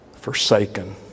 forsaken